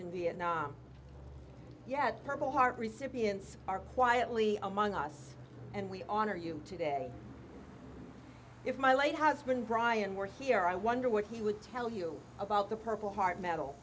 in vietnam yet purple heart recipients are quietly among us and we honor you today if my late husband brian were here i wonder what he would tell you about the purple heart medal